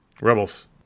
Rebels